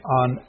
on